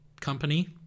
company